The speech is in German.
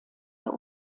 ihr